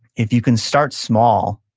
if you can start small,